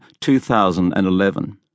2011